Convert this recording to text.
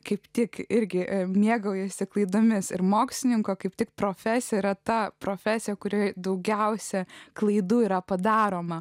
kaip tik irgi mėgaujasi klaidomis ir mokslininko kaip tik profesija yra ta profesija kuri daugiausiai klaidų yra padaroma